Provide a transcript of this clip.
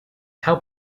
how